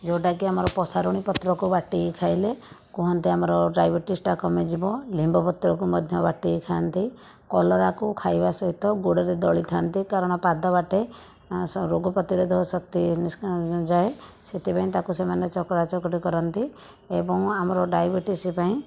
ଯେଉଁଟାକି ଆମର ପ୍ରସାରୁଣୀ ପତ୍ରକୁ ବାଟିକି ଖାଇଲେ କୁହନ୍ତି ଆମର ଡାଏବେଟିସଟା କମିଯିବ ନିମ୍ବ ପତ୍ରକୁ ମଧ୍ୟ ବାଟିକି ଖାଆନ୍ତି କଲରାକୁ ଖାଇବା ସହିତ ଗୋଡ଼ରେ ଦଳିଥା'ନ୍ତି କାରଣ ପାଦ ବାଟେ ରୋଗ ପ୍ରତିରୋଧକ ଶକ୍ତି ଯାଏ ସେଥିପାଇଁ ତା'କୁ ସେମାନେ ଚକଟା ଚକଟି କରନ୍ତି ଏବଂ ଆମର ଡାଏବେଟିସ ପାଇଁ